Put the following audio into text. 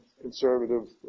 conservative